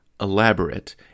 elaborate